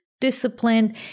disciplined